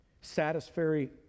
satisfactory